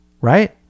right